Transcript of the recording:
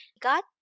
Got